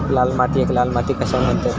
लाल मातीयेक लाल माती कशाक म्हणतत?